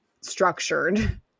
structured